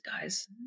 guys